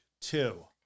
two